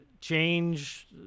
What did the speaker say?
change